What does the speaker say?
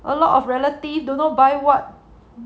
a lot of relatives don't know buy what